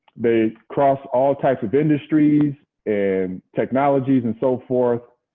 they cross all types of industries and technologies and so forth.